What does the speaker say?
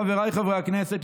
חבריי חברי כנסת,